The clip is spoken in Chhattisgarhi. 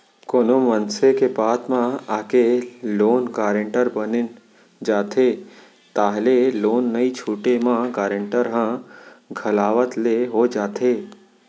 कोनो मनसे के बात म आके लोन गारेंटर बन जाथे ताहले लोन नइ छूटे म गारेंटर ह घलावत ले हो जाथे